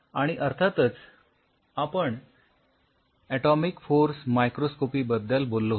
आणि अर्थातच आपण ऍटोमिक फोर्स मायक्रोस्कोपीबद्दल बोललो होतो